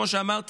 כמו שאמרתי,